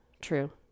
True